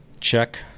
check